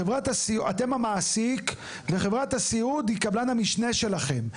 אתם המעסיק וחברת הסיעוד היא קבלן המשנה שלכם.